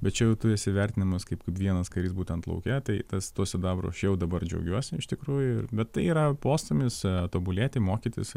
bet čia jau tu esi vertinamas kaip kaip vienas karys būtent lauke tai tas tuo sidabru aš jau dabar džiaugiuosi iš tikrųjų bet tai yra postūmis tobulėti mokytis